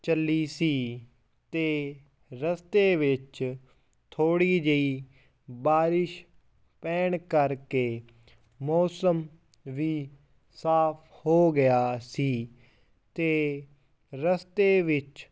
ਚੱਲੀ ਸੀ ਅਤੇ ਰਸਤੇ ਵਿੱਚ ਥੋੜ੍ਹੀ ਜਿਹੀ ਬਾਰਿਸ਼ ਪੈਣ ਕਰਕੇ ਮੌਸਮ ਵੀ ਸਾਫ ਹੋ ਗਿਆ ਸੀ ਅਤੇ ਰਸਤੇ ਵਿੱਚ